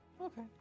Okay